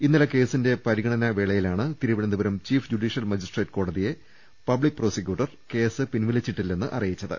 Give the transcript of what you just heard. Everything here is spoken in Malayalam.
ഇന്നലെ കേസിന്റെ പരിഗണനാ വേളയിലാണ് തിരുവനന്തപുരം ചീഫ് ജുഡീഷ്യൽ മജിസ്ട്രേറ്റ് കോടതിയെ പബ്ലിക് പ്രോസിക്യൂട്ടർ കേസ് പിൻവലിച്ചിട്ടില്ലെന്ന് അറിയിച്ചത്